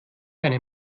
eine